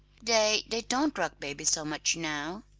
they they don't rock babies so much now.